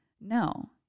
No